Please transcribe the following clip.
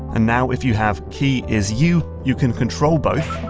and now if you have key is you, you can control both,